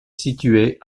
située